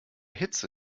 hitze